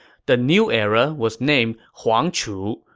the new era was named huang chu,